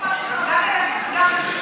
מוכות יש לך גם ילדים וגם נשים מוכות.